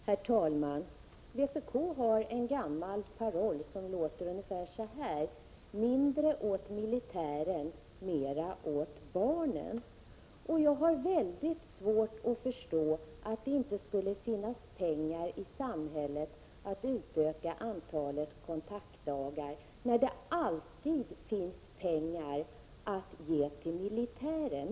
Herr talman! Vpk har en gammal paroll, som lyder ungefär så här: Mindre åt militären, mera åt barnen! Jag har svårt att förstå att det inte skulle finnas pengar i samhället för att utöka antalet kontaktdagar, när det alltid finns pengar att ge till militären.